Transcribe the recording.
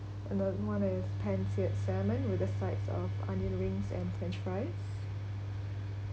and the one is pan seared salmon with the sides of onion rings and french fries